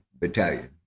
battalion